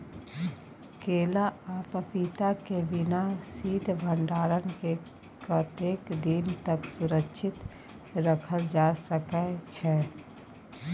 केला आ पपीता के बिना शीत भंडारण के कतेक दिन तक सुरक्षित रखल जा सकै छै?